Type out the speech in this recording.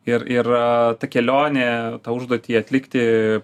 ir ir ta kelionė tą užduotį atlikti